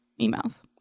emails